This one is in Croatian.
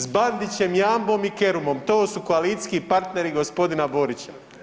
S Bandićem, Jambom i Kerumom, to su koalicijski partneri gospodina Borića.